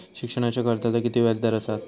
शिक्षणाच्या कर्जाचा किती व्याजदर असात?